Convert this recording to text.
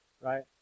right